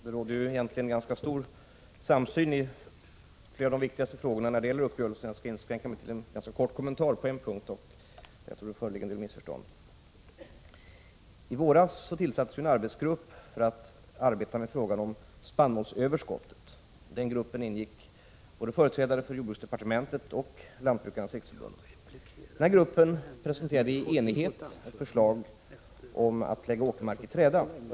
Herr talman! Det råder en ganska stor samsyn i flera av de viktigaste frågorna i uppgörelsen. Jag skall därför inskränka mig till en kort kommentar på en punkt, där jag tror det föreligger en del missförstånd. I våras tillsattes en arbetsgrupp med uppgift att arbeta med frågan om spannmålsöverskottet. I arbetsgruppen ingick företrädare för både jordbruksdepartementet och Lantbrukarnas riksförbund. Arbetsgruppen presenterade i enighet förslaget om att lägga åkermark i träda.